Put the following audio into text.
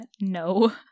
No